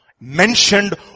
Mentioned